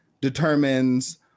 determines